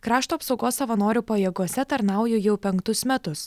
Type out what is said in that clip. krašto apsaugos savanorių pajėgose tarnauju jau penktus metus